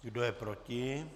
Kdo je proti?